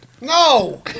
No